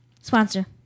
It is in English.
Sponsor